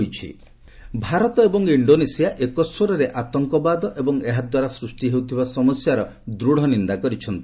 India Indonesia Bharat ଏବଂ Indonesia ଏକସ୍ୱରରେ ଆତଙ୍କବାଦ ଏବଂ ଏହାଦ୍ୱାରା ସୃଷ୍ଟି ହେଉଥିବା ସମସ୍ୟାର ଦୂଢ଼ ନିନ୍ଦା କରିଛନ୍ତି